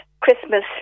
Christmas